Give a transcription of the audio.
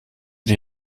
die